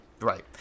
Right